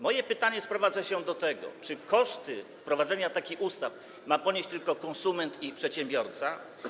Moje pytanie sprowadza się do tego, czy koszty wprowadzenia takich ustaw ma ponieść tylko konsument i przedsiębiorca.